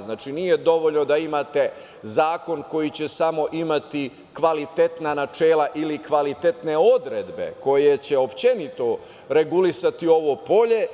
Znači, nije dovoljno da imate zakon koji će samo imati kvalitetna načela ili kvalitetne odredbe koje će uopšteno regulisati ovo polje